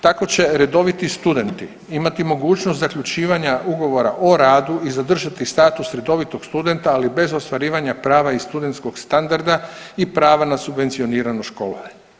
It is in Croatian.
Tako će redoviti studenti imati mogućnost zaključivanja ugovora o radu i zadržati status redovitog studenta, ali bez ostvarivanja prava iz studentskog standarda i prava na subvencionirano školovanje.